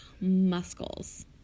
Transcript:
muscles